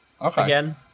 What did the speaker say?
again